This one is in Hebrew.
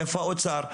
איפה האוצר?